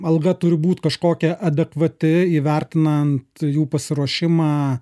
alga turi būt kažkokia adekvati įvertinant jų pasiruošimą